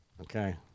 Okay